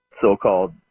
so-called